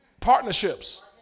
Partnerships